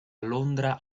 londra